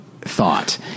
thought